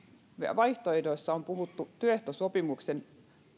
vaihtoehdoissa on puhuttu työehtosopimuksen